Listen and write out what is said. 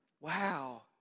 Wow